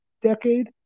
decade